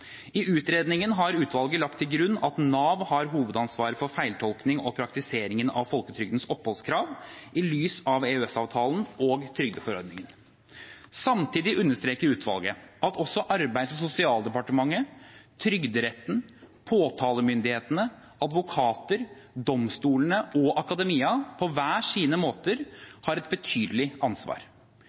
I utredningen har utvalget lagt til grunn at Nav har hovedansvaret for feiltolkningen og feilpraktiseringen av folketrygdens oppholdskrav i lys av EØS-avtalen og trygdeforordningen. Samtidig understreker utvalget at også Arbeids- og sosialdepartementet, Trygderetten, påtalemyndighetene, advokater, domstolene og akademia på hver sine måter har et betydelig ansvar.